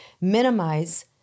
minimize